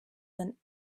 than